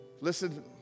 Listen